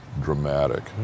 dramatic